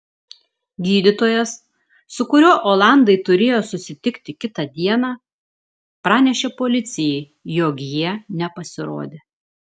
gydytojas su kuriuo olandai turėjo susitikti kitą dieną pranešė policijai jog jie nepasirodė